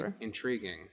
Intriguing